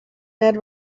ned